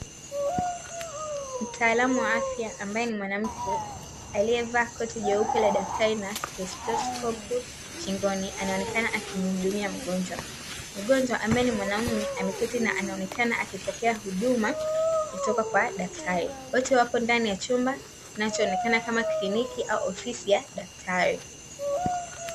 Mtaalamu wa afya ambae ni mwamamke aliyevaa koti jeupe la daktari na steteskopu shingoni anaonekana akimuhudumia mgonjwa, Mgonjwa ambaye ni mwanaume ameketi na anaonekana akipokea huduma kutoka kwa daktari. Wote wapo ndani ya chumba kinacho onekana kama kliniki au ofisi ya daktari.